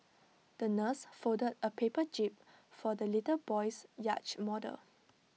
the nurse folded A paper jib for the little boy's yacht model